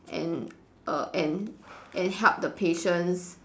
and err and and help the patients